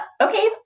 Okay